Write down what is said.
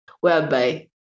whereby